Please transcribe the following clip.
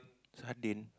sardine